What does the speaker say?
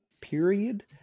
period